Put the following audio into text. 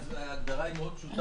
ההגדרה היא מאוד פשוטה,